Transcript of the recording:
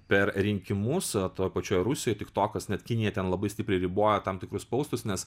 per rinkimus toj pačioj rusijoj tik tokas net kinija ten labai stipriai riboja tam tikrus poustus nes